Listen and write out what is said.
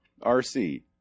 RC